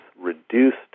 reduced